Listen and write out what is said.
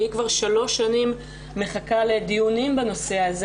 היא כבר 3 שנים מחכה לדיונים בנושא הזה